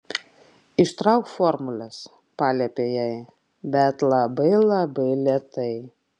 ištrauk formules paliepė jai bet labai labai lėtai